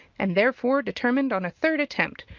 and therefore determined on a third attempt,